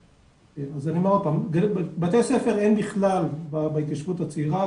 אז אני אומר עוד פעם בתי הספר אין בכלל בהתיישבות הצעירה,